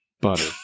Butter